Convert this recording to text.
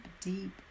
deep